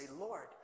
Lord